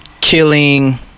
killing